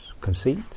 conceit